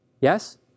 Yes